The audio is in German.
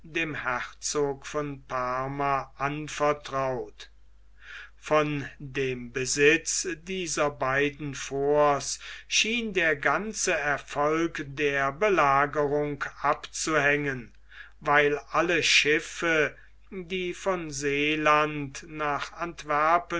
dem herzog von parma anvertraut von dem besitz dieser beiden forts schien der ganze erfolg der belagerung abzuhängen weil alle schiffe die von seeland nach antwerpen